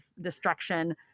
destruction